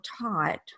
taught